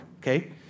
okay